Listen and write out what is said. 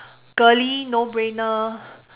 girly no brainer